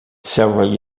several